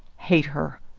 hate her!